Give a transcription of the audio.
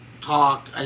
talk